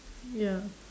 ya